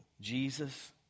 Jesus